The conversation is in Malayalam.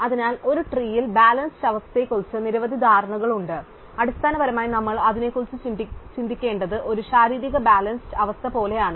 അതിനാൽ ഒരു ട്രീൽ ബാലൻസ്ഡ് അവസ്ഥയെക്കുറിച്ച് നിരവധി ധാരണകളുണ്ട് അതിനാൽ അടിസ്ഥാനപരമായി നമ്മൾ അതിനെക്കുറിച്ച് ചിന്തിക്കേണ്ടത് ഒരു ശാരീരിക ബാലൻസ്ഡ് അവസ്ഥ പോലെയാണ്